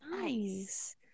Nice